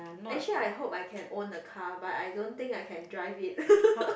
actually I hope I can own a car but I don't think I can drive it